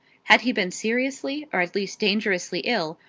had he been seriously, or at least dangerously ill,